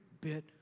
bit